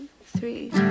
three